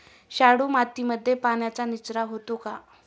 शाडू मातीमध्ये पाण्याचा निचरा होतो का?